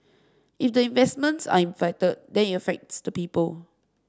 if the investments are affected then it affects the people